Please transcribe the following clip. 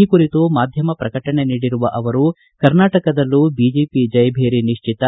ಈ ಕುರಿತು ಮಾಧ್ಯಮ ಪ್ರಕಟಣೆ ನೀಡಿರುವ ಅವರು ಕರ್ನಾಟಕದಲ್ಲೂ ಬಿಜೆಪಿ ಜಯಭೇರಿ ನಿಶ್ಚಿತ